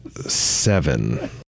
seven